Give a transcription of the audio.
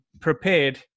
prepared